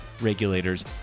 regulators